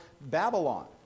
Babylon